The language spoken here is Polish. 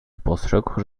spostrzegł